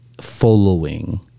Following